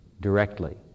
directly